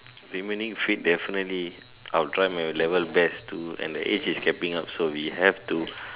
remaining fit definitely I'll try my very best to and the age is catching up so we have to